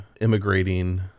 immigrating